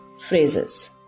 phrases